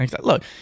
Look